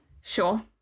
sure